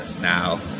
now